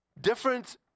different